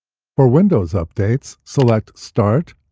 for windows updates, select start,